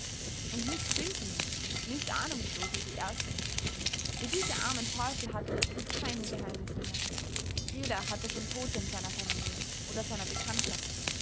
und nicht blindlings nicht ahnungslos wie die ersten für diese armen teufel hatte der krieg keine geheimnisse mehr jeder hatte schon tote in seiner familie oder seiner bekanntschaft